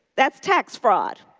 that's tax fraud.